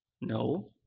No